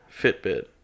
Fitbit